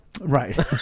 right